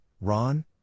Ron